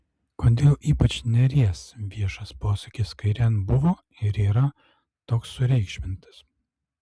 kodėl ypač nėries viešas posūkis kairėn buvo ir yra toks sureikšmintas